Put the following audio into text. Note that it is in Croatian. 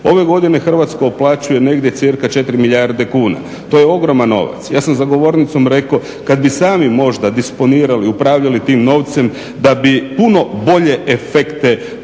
Ove godine Hrvatska uplaćuje negdje cirka 4 milijarde kuna. To je ogroman novac. Ja sam za govornicom rekao, kad bi sami možda disponirali, upravljali tim novcem da bi puno bolje efekte postizavali